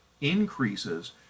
increases